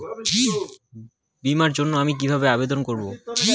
বিমার জন্য আমি কি কিভাবে আবেদন করব?